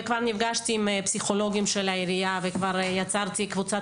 כבר נפגשתי עם פסיכולוגים של העירייה וכבר יצרתי קבוצת